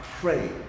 pray